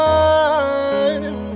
one